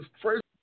first